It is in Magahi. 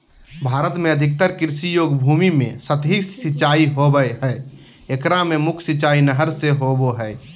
भारत में अधिकतर कृषि योग्य भूमि में सतही सिंचाई होवअ हई एकरा मे मुख्य सिंचाई नहर से होबो हई